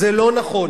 זה לא נכון.